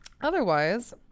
Otherwise